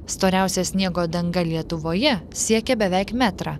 storiausia sniego danga lietuvoje siekė beveik metrą